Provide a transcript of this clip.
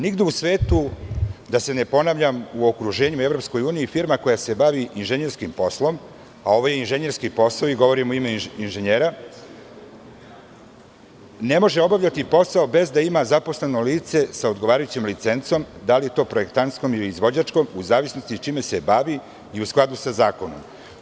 Nigde u svetu, da se ne ponavljam, u okruženju i u EU, firma koja se bavi inženjerskim poslom, a ovo je inženjerski posao i govorim u ime inženjera, ne može obavljati posao bez da ima zaposleno lice sa odgovarajućom licencom, da li projektantskom ili izvođačkom, u zavisnosti čime se bavi i u skladu sa zakonom.